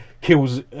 kills